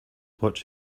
watch